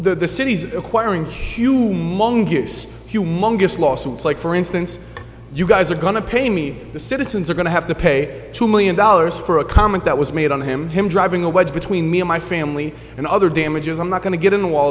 the cities acquiring humongous humongous lawsuits like for instance you guys are going to pay me the citizens are going to have to pay two million dollars for a comment that was made on him him driving a wedge between me and my family and other damages i'm not going to get into all